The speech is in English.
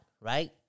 right